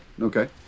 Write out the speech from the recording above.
okay